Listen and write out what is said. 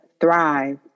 thrive